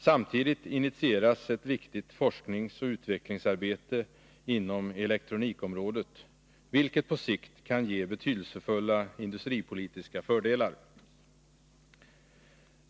Samtidigt initieras ett viktigt forskningsoch utvecklingsarbete inom elektronikområdet, vilket på sikt kan ge betydelsefulla industripolitiska fördelar.